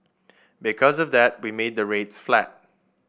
because of that we made the rates flat